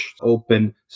open